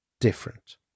different